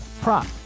prop